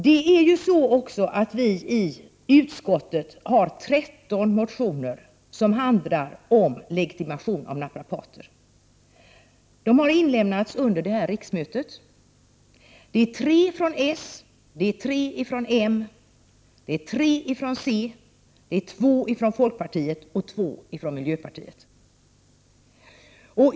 Vi har i utskottet haft till behandling 13 motioner som handlar om legitimation av naprapater och som väckts under det här riksmötet: tre från socialdemokraterna, tre från moderaterna, tre från centerpartiet, två från folkpartiet och två från miljöpartiet.